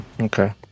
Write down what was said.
okay